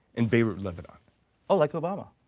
in beirut, lebanon. oh, like obama.